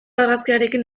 argazkiarekin